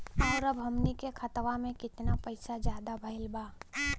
और अब हमनी के खतावा में कितना पैसा ज्यादा भईल बा?